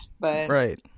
Right